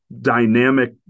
dynamic